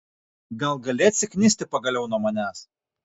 gal gali atsiknisti pagaliau nuo manęs